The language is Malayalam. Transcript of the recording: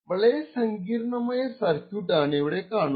വളരേ സങ്കീർണമായ സർക്യൂട്ട് ആണിവിടെ ഈ കാണുന്നത്